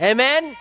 Amen